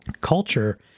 culture